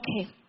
Okay